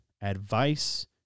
advice